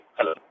Hello